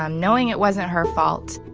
um knowing it wasn't her fault,